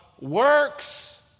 works